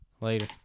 Later